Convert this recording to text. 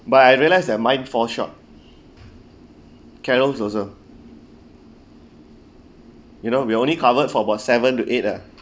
but I realize that I might fall short carol also you know we only covered for about seven to eight ah